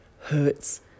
hurts